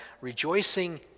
rejoicing